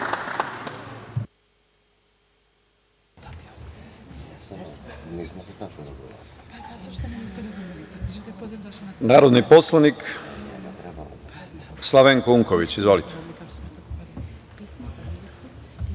narodni poslanik Slavenko Unković. Izvolite.